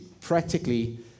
practically